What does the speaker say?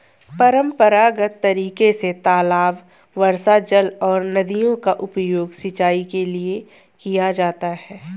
परम्परागत तरीके से तालाब, वर्षाजल और नदियों का उपयोग सिंचाई के लिए किया जाता है